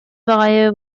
баҕайы